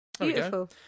beautiful